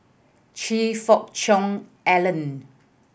Choe Fook Cheong Alan